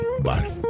Bye